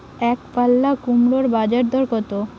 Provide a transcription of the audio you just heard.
একপাল্লা কুমড়োর বাজার দর কত?